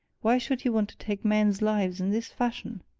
why should he want to take men's lives in this fashion!